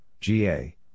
GA